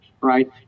right